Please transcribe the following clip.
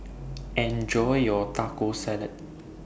Enjoy your Taco Salad